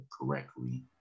correctly